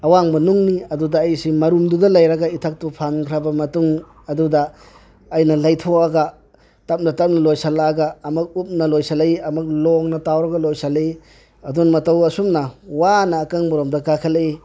ꯑꯋꯥꯥꯡꯕ ꯅꯨꯡꯅꯤ ꯑꯗꯨꯗ ꯑꯩꯁꯤ ꯃꯔꯨꯝꯗꯨꯗ ꯂꯩꯔꯒ ꯏꯊꯛꯇꯨ ꯐꯪꯈꯔꯕ ꯃꯇꯨꯡ ꯑꯗꯨꯗ ꯑꯩꯅ ꯂꯩꯊꯣꯛꯑꯒ ꯇꯞꯅ ꯇꯞꯅ ꯂꯣꯏꯁꯤꯜꯂꯛꯑꯒ ꯑꯃꯨꯛ ꯎꯞꯅ ꯂꯣꯁꯤꯜꯂꯛꯏ ꯑꯃꯨꯛ ꯂꯣꯡꯅ ꯇꯥꯎꯔꯒ ꯂꯣꯏꯁꯤꯜꯂꯛꯏ ꯑꯗꯨ ꯃꯇꯧ ꯑꯁꯨꯝꯅ ꯋꯥꯅ ꯑꯀꯪꯕ ꯔꯣꯝꯗ ꯀꯥꯈꯠꯂꯛꯏ